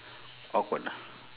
awkward ah